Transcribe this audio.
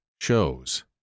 shows